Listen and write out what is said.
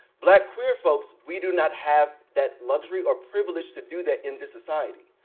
black queer folks, we do not have that luxury or privilege to do that in this society.